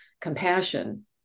compassion